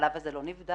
החלב הזה לא נבדק,